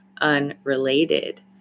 unrelated